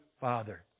Father